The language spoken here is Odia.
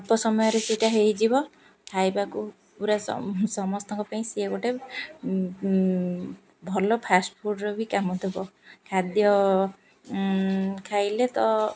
ଅଳ୍ପ ସମୟରେ ସେଇଟା ହୋଇଯିବ ଖାଇବାକୁ ପୁରା ସମସ୍ତଙ୍କ ପାଇଁ ସିଏ ଗୋଟେ ଭଲ ଫାଷ୍ଟଫୁଡ଼୍ର ବି କାମ ଦେବ ଖାଦ୍ୟ ଖାଇଲେ ତ